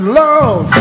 love